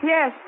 Yes